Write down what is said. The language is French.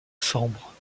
sambre